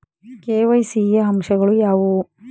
KYC ಯ ಅಂಶಗಳು ಯಾವುವು?